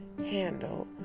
handle